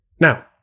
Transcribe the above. Now